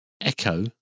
Echo